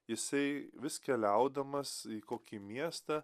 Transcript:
jisai vis keliaudamas į kokį miestą